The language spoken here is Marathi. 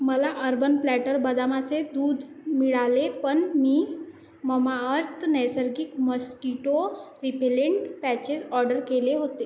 मला अर्बन प्लॅटर बदामाचे दूध मिळाले पण मी ममाअर्थ नैसर्गिक मस्किटो रिपेलेंट पॅचेस ऑर्डर केले होते